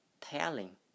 telling